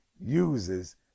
uses